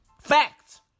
Facts